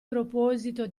proposito